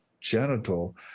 genital